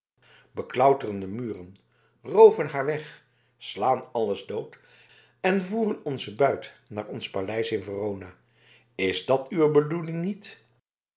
beklauteren de muren rooven haar weg slaan alles dood en voeren onzen buit naar ons paleis te verona is dat uwe bedoeling niet